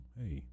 Hey